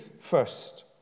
first